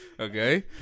Okay